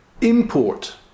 import